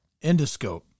Endoscope